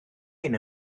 ein